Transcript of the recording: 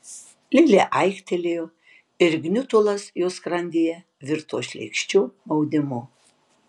lilė aiktelėjo ir gniutulas jos skrandyje virto šleikščiu maudimu